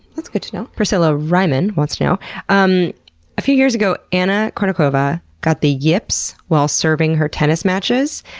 that's good to know. priscilla reimann wants to know um a few years ago anna kournikova got the yips while serving her tennis matches.